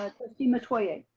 ah trustee metoyer.